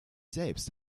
selbst